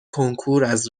کنکوراز